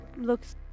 looks